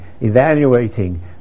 evaluating